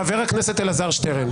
חבר הכנסת אלעזר שטרן,